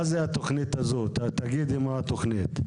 מה זה התוכנית הזאת, תגידי מה התוכנית.